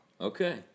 Okay